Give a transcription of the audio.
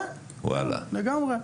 כן, לגמרי.